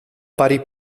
pari